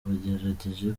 bagerageje